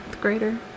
grader